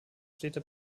städte